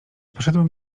poszedłem